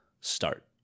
start